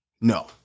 No